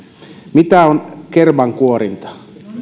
mitä on kermankuorinta